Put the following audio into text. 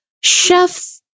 chef's